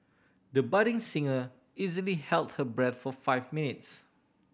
the budding singer easily held her breath for five minutes